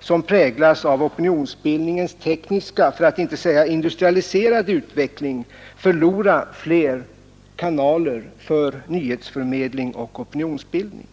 som präglas av opinionsbildningens tekniska, för att inte säga industrialiserade, utveckling förlora fler kanaler för nyhetsförmedling och opinionsbildning.